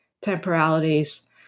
temporalities